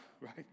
right